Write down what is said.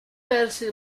perse